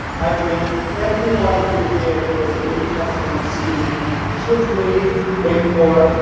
i believe everyone of you here who is a new testament student should read, wait for it,